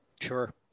Sure